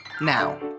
now